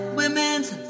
women's